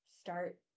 start